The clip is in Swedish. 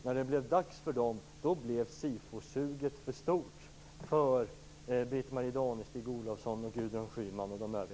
När det blev dags för dem blev SIFO-suget för stort för Britt-Marie Danestig